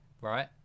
right